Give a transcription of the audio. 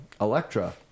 Electra